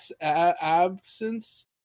absence